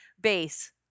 base